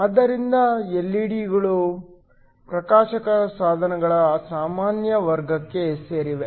ಆದ್ದರಿಂದ ಎಲ್ಇಡಿಗಳು ಪ್ರಕಾಶಕ ಸಾಧನಗಳ ಸಾಮಾನ್ಯ ವರ್ಗಕ್ಕೆ ಸೇರಿವೆ